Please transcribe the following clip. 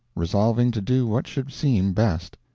resolving to do what should seem best.